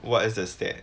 what is the state